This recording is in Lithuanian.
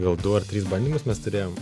gal du ar tris bandymus mes turėjom